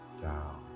down